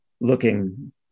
looking